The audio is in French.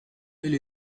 elle